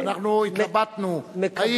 אנחנו התלבטנו, אוקיי.